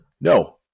no